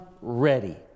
ready